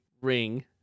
ring